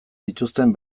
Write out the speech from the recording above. dituzten